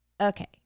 Okay